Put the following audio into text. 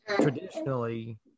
Traditionally